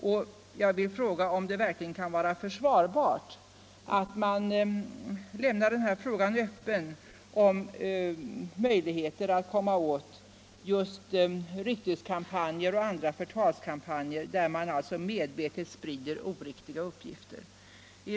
Kan det verkligen vara försvarbart att lämna frågan öppen om möjligheterna att komma åt rykteskampanjer och andra förtalskampanjer där medvetet oriktiga uppgifter sprids?